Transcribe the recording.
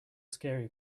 scary